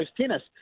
tennis